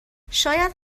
شاید